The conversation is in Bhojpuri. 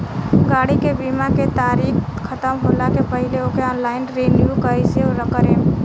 गाड़ी के बीमा के तारीक ख़तम होला के पहिले ओके ऑनलाइन रिन्यू कईसे करेम?